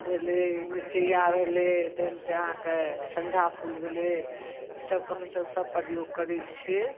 भेलै मिरचैया भेलै तहन से अहाँके सँझा फूल भेलै ईसब के हमसब सब प्रयोग करै छियै